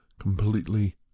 completely